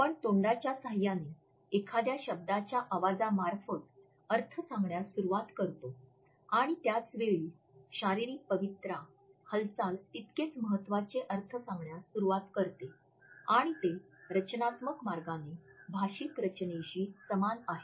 आपण तोंडाच्या साहाय्याने एखाद्या शब्दाच्या आवाजामार्फत अर्थ सांगण्यास सुरवात करतो आणि त्याच वेळी शारीरिक पवित्रा हालचाल तितकेच महत्वाचे अर्थ सांगण्यास सुरवात करते आणि ते रचनात्मक मार्गाने भाषिक रचनेशी समान आहे